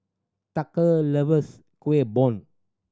tucker loves Kuih Bom